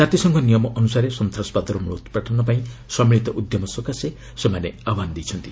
କାତିସଂଘ ନିୟମ ଅନୁସାରେ ସନ୍ତାସବାଦର ମୂଳୋପାଟନ ପାଇଁ ସମ୍ମିଳିତ ଉଦ୍ୟମ ସକାଶେ ସେମାନେ ଆହ୍ୱାନ ଦେଇଛନ୍ତି